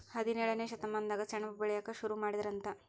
ಹದಿನೇಳನೇ ಶತಮಾನದಾಗ ಸೆಣಬ ಬೆಳಿಯಾಕ ಸುರು ಮಾಡಿದರಂತ